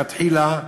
לכתחילה,